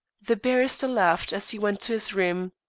the barrister laughed as he went to his room.